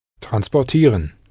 Transportieren